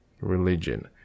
religion